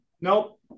Nope